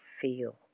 feel